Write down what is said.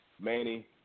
Manny